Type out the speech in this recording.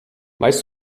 weißt